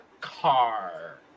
car